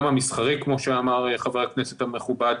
המסחרי כמו שאמר חבר הכנסת המכובד